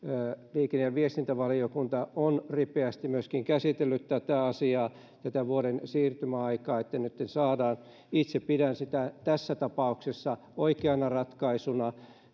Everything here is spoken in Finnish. liikenne ja viestintävaliokunta on ripeästi myöskin käsitellyt tätä asiaa tätä vuoden siirtymäaikaa joka nytten saadaan itse pidän sitä tässä tapauksessa oikeana ratkaisuna